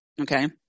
Okay